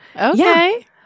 Okay